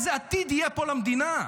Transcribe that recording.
איזה עתיד יהיה פה למדינה?